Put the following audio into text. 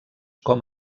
com